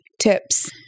tips